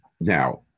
now